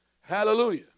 Hallelujah